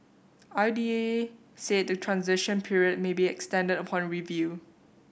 I D A said the transition period may be extended upon review